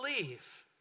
believe